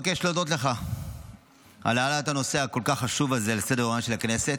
אני מבקש להודות לך על העלאת הנושא הכל-כך חשוב הזה לסדר-היום של הכנסת.